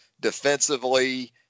Defensively